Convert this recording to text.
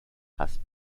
has